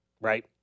Right